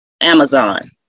Amazon